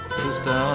sister